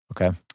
Okay